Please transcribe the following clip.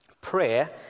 prayer